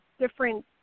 different